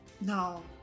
No